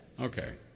Okay